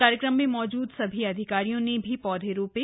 कार्यक्रम में मौजूद सभी अधिकारियों ने भी पौधे रोपे